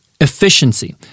efficiency